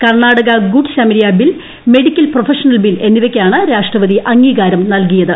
Karnataka good Samaritan bill medical ക്ല professional bill എന്നിവയ്ക്കാണ് രാഷ്ട്രപതി അംഗ്ലീക്യൂർ നൽകിയത്